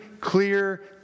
clear